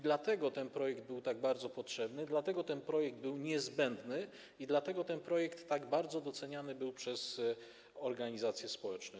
Dlatego ten projekt był tak bardzo potrzebny, dlatego ten projekt był niezbędny i dlatego ten projekt tak bardzo był doceniany przez organizacje społeczne.